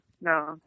no